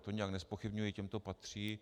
To nijak nezpochybňuji, těm to patří.